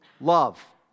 Love